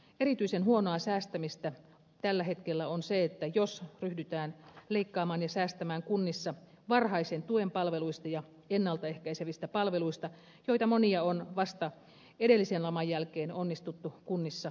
erityisen huonoa säästämistä tällä hetkellä on se jos ryhdytään leikkaamaan ja säästämään kunnissa varhaisen tuen palveluista ja ennalta ehkäisevistä palveluista joita monia on vasta edellisen laman jälkeen onnistuttu kunnissa luomaan